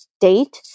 date